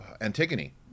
antigone